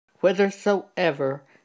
whithersoever